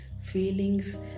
feelings